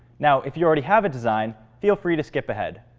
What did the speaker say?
now, if you already have a design, feel free to skip ahead.